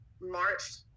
marched